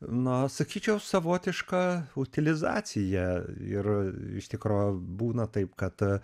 na sakyčiau savotiška utilizacija ir iš tikro būna taip kad